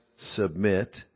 submit